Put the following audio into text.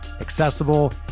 accessible